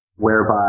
whereby